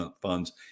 funds